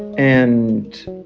and